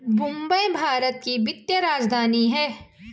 मुंबई भारत की वित्तीय राजधानी है